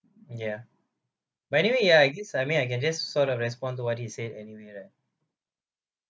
ya but anyway ya I guess I may I can just sort of respond to what he said anyway right